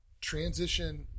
transition